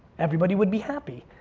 everybody would be happy.